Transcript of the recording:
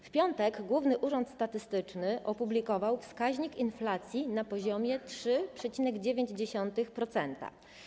W piątek Główny Urząd Statystyczny opublikował wskaźnik inflacji na poziomie 3,9%.